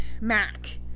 Mac